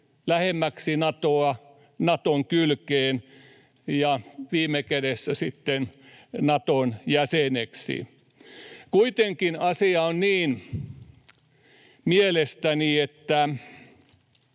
lähemmäksi Natoa, Naton kylkeen ja viime kädessä sitten Naton jäseneksi. Kuitenkin asia on niin, mielestäni, että